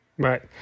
Right